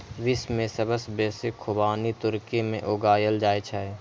विश्व मे सबसं बेसी खुबानी तुर्की मे उगायल जाए छै